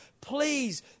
Please